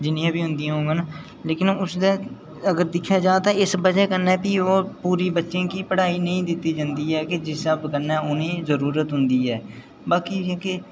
जिन्नियां बी होंदियां होङन ते अगर दिक्खेआ जा ते उस बजह कन्नै ओह् पूरी बच्चें गी पढ़ाई नेईं दित्ती जंदी ऐ की जिस स्हाब् कन्नै उ'नेंगी जरूरत होंदी ऐ बाकी जेह्के